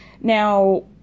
Now